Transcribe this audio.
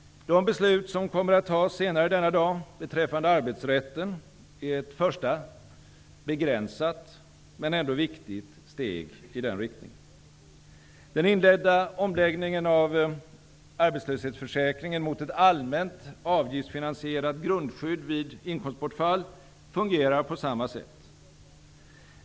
De beslut som kommer att fattas senare denna dag beträffande arbetsrätten är ett första begränsat -- men ändå viktigt -- steg i den riktningen. Den inledda omläggningen av arbetslöshetsförsäkringen mot ett allmänt avgiftsfinansierat grundskydd vid inkomstbortfall fungerar på samma sätt.